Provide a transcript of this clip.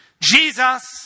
Jesus